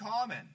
common